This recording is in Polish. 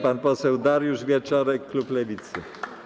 Pan poseł Dariusz Wieczorek, klub Lewicy.